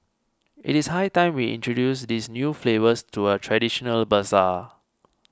it is high time we introduce these new flavours to a traditional bazaar